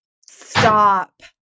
Stop